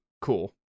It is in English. cool